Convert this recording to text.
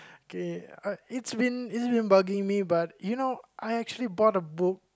okay uh it's been bugging me but you know I actually bought a book